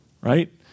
right